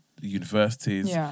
universities